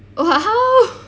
h~ how